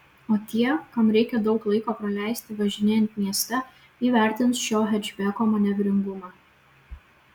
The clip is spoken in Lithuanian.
o tie kam reikia daug laiko praleisti važinėjant mieste įvertins šio hečbeko manevringumą